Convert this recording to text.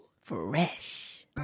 fresh